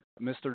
Mr